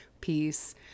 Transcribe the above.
peace